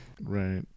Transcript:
right